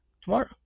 Tomorrow